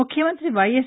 ముఖ్యమంతి వైఎస్